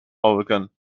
oregon